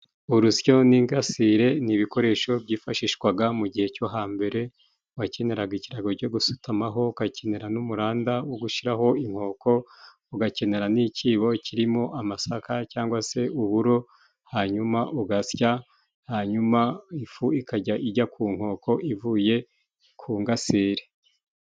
Urusyo n'ingasire ni ibikoresho byifashishwaga mu gihe cyo hambere, wakeneraga ikirago cyo gusutamaho, ugakenera n'umuranda wo gushiraho inkoko, ugakenera n'icyibo kirimo amasaka cyangwa se uburo, hanyuma ugasya, hanyuma ifu ikajya ijya ku nkoko ivuye ku ngasiri.